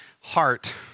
heart